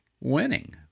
winning